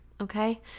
Okay